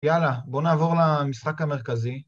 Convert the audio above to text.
יאללה, בואו נעבור למשחק המרכזי.